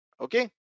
okay